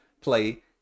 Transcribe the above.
play